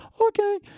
okay